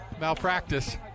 malpractice